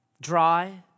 Dry